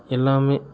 எல்லாமே